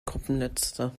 gruppenletzter